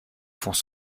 fonds